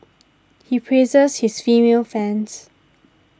he praises his female fans